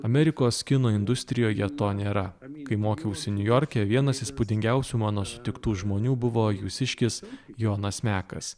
amerikos kino industrijoje to nėra kai mokiausi niujorke vienas įspūdingiausių mano sutiktų žmonių buvo jūsiškis jonas mekas